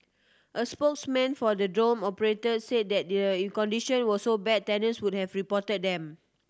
a spokesman for the dorm operator said that their condition were so bad tenants would have reported them